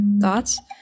thoughts